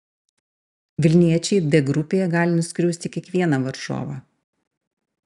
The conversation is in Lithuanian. vilniečiai d grupėje gali nuskriausti kiekvieną varžovą